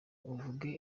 uvuga